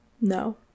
No